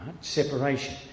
Separation